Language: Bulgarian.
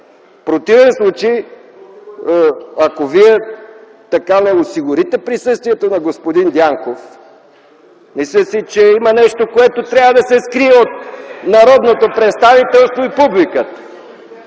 противен случай, ако Вие не осигурите присъствието на господин Дянков, мисля си, има нещо, което трябва да се скрие от народното представителство и публиката.